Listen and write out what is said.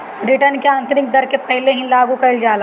return की आतंरिक दर के पहिले ही लागू कईल जाला